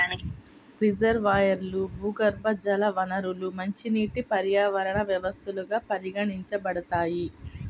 రిజర్వాయర్లు, భూగర్భజల వనరులు మంచినీటి పర్యావరణ వ్యవస్థలుగా పరిగణించబడతాయి